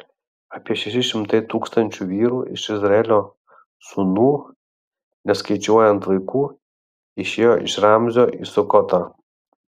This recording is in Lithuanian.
apie šeši šimtai tūkstančių vyrų iš izraelio sūnų neskaičiuojant vaikų išėjo iš ramzio į sukotą